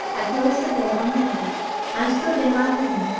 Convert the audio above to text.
i closed the door on maggie and stood in my room,